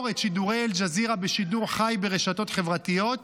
את שידורי אל-ג'זירה בשידור חי ברשתות חברתיות.